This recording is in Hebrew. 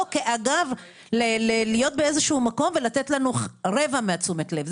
כבדרך אגב להיות באיזשהו מקום ולתת לנו רבע מתשומת הלב.